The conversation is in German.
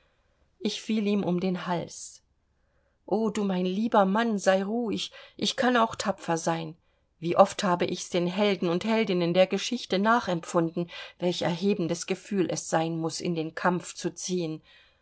ich fiel ihm um den hals o du mein lieber mann sei ruhig ich kann auch tapfer sein wie oft habe ich's den helden und heldinnen der geschichte nachempfunden welch erhebendes gefühl es sein muß in den kampf zu ziehen